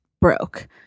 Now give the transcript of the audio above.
broke